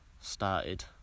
started